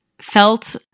felt